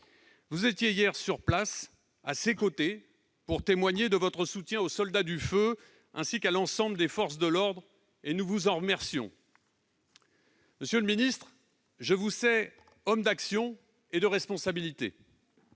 Vous étiez hier sur place, à ses côtés, pour témoigner de votre soutien aux soldats du feu, ainsi qu'à l'ensemble des forces de l'ordre. Nous vous en remercions. Monsieur le ministre, je vous sais homme d'action et de responsabilité.